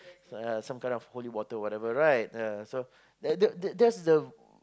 so yeah some kind of holy water whatever right so that that that's the